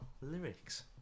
Lyrics